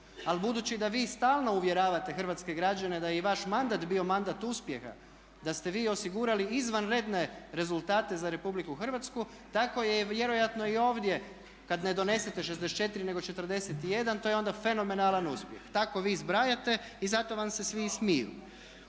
Ali budući da vi stalno uvjeravate hrvatske građane da je i vaš mandat bio mandat uspjeha, da ste vi osigurali izvanredne rezultate za Republiku Hrvatsku tako je vjerojatno i ovdje kad ne donesete 64 nego 41 to je onda fenomenalan uspjeh. Tako vi zbrajate i zato vam se svi i smiju.